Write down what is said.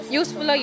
useful